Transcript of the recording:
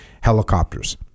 helicopters